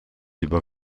juba